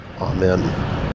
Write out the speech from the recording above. Amen